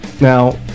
Now